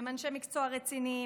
הם אנשי מקצוע רציניים.